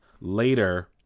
later